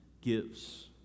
gives